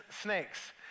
snakes